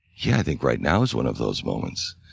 yeah, i think right now is one of those moments